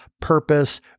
purpose